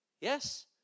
yes